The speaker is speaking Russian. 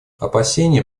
опасения